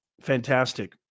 fantastic